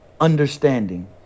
understanding